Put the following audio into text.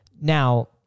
Now